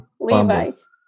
Levi's